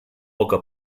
poca